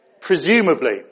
Presumably